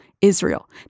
Israel